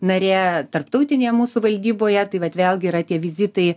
narė tarptautinėje mūsų valdyboje tai vat vėlgi yra tie vizitai